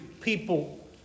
people